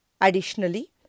additionally